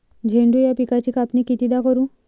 झेंडू या पिकाची कापनी कितीदा करू?